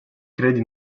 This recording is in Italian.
credi